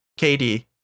KD